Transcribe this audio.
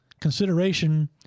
consideration